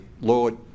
Lord